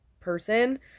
person